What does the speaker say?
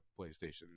PlayStation